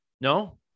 no